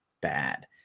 bad